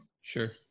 Sure